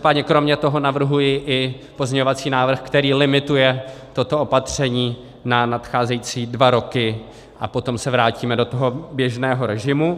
Každopádně kromě toho navrhuji i pozměňovací návrh, který limituje toto opatření na nadcházející dva roky, a potom se vrátíme do běžného režimu.